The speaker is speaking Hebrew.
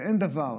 ואין דבר,